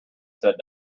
said